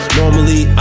normally